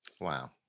Wow